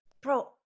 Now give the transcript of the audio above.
bro